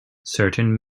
certain